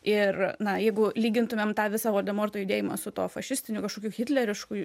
ir na jeigu lygintumėm tą visą voldemorto judėjimą su tuo fašistiniu kažkokiu hitlerišku